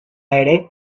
ere